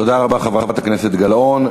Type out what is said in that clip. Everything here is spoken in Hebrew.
תודה רבה, חברת הכנסת גלאון.